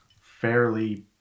fairly